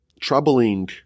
troubling